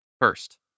First